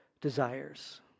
desires